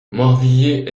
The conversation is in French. morvilliers